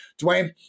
Dwayne